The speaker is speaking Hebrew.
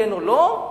כן או לא,